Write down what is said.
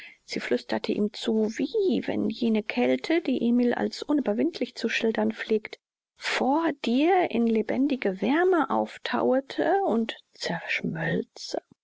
sie flüsterte ihm zu wie wenn jene kälte die emil als unüberwindlich zu schildern pflegt vor dir in lebendige wärme aufthauete und zerschmölze